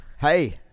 Hey